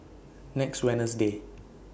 next Wednesday